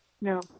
No